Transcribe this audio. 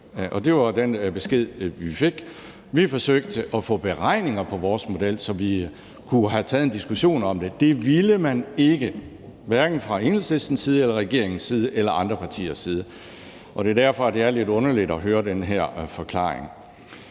Det var den besked, vi fik. Vi forsøgte at få lavet beregninger på vores model, så vi kunne have taget en diskussion om den, men det ville man ikke, hverken fra Enhedslistens side eller fra regeringens side eller andre partiers side. Det er derfor, det er lidt underligt at høre den her forklaring.